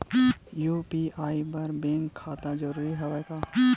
UPI बर bank खाता जरूरी हवय का?